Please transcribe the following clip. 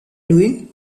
doing